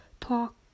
talk